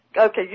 Okay